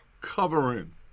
covering